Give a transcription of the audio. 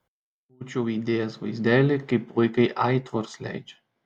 būčiau įdėjęs vaizdelį kaip vaikai aitvarus leidžia